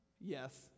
Yes